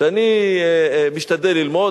שאני משתדל ללמוד,